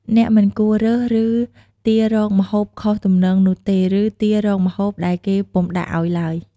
អ្នកមិនគួររើស ឬ ទាររកម្ហូបខុសទំនងនោះទេ ឬ ទាររកម្ហូបដែលគេពុំដាក់ឲ្យទ្បើយ។